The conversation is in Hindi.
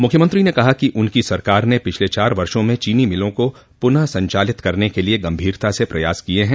मुख्यमंत्री ने कहा कि उनकी सरकार ने पिछले चार वर्षों में चीनी मिलों को पुनः संचालित करने के लिए गंभीरता से प्रयास किए हैं